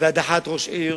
והדחת ראש עיר